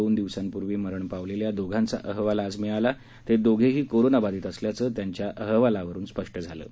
दोन दिवसांपूर्वी मरण पावलेल्या दोघांचा अहवाल आज मिळाला असून ते दोघेही करोनाबाधित असल्याचं त्यांच्या अहवालांवरून निष्पन्न झालं आहे